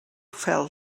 fell